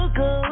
go